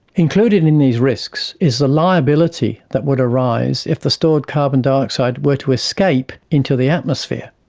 included in these risks is the liability that would arise if the stored carbon dioxide were to escape into the atmosphere.